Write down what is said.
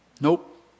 Nope